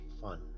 fun